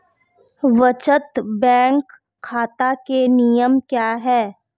बचत बैंक खाता के नियम क्या हैं?